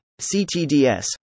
CTDS